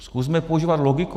Zkusme používat logiku.